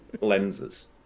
lenses